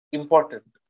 important